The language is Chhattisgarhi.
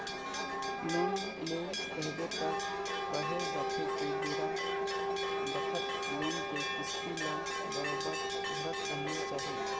लोन ले रहिबे त केहे जाथे के बेरा बखत लोन के किस्ती ल बरोबर भरत रहिना चाही